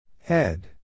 Head